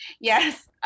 Yes